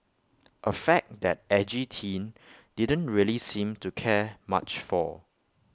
A fact that edgy teen didn't really seem to care much for